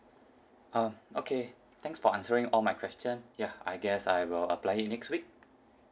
ah okay thanks for answering all my question ya I guess I will apply it next week